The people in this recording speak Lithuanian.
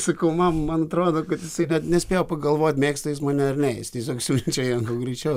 sakau mam man atrodo kad jisai net nespėjo pagalvot mėgsta jis mane ar ne jis tiesiog siunčia greičiau